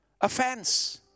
offense